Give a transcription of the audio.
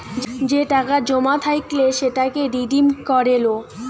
যে টাকা জমা থাইকলে সেটাকে রিডিম করে লো